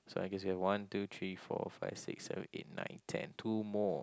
so I guess you have one two three four five six seven eight nine ten two more